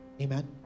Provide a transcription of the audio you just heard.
Amen